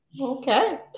Okay